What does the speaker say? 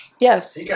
Yes